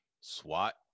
SWAT